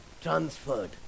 transferred